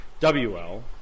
WL